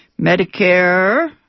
Medicare